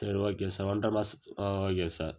சரி okay sir ஒன்றரை மாதத்து ஓகே சார்